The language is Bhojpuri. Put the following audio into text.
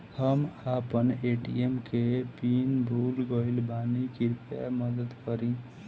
हम आपन ए.टी.एम के पीन भूल गइल बानी कृपया मदद करी